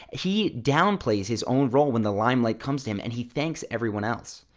he downplays his own role when the limelight comes to him and he thanks every one else.